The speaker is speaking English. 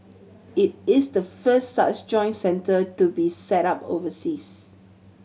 it is the first such joint centre to be set up overseas